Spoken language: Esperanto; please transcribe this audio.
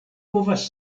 povas